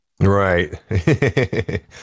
Right